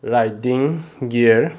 riding gear